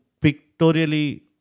pictorially